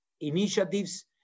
initiatives